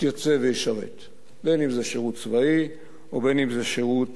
יתייצב וישרת, בין שזה שירות צבאי ובין שזה שירות